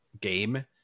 game